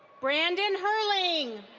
brandon herling.